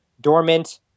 dormant